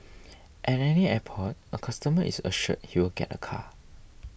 at any airport a customer is assured he will get a car